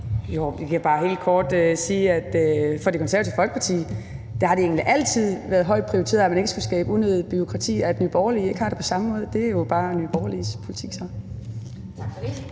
Jeg kan bare helt kort sige, at det for Det Konservative Folkeparti egentlig altid har været højt prioriteret, at man ikke skulle skabe unødigt bureaukrati. At Nye Borgerlige ikke har det på samme måde, er jo så bare Nye Borgerliges politik. Kl.